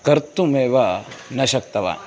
कर्तुमेव न शक्तवान्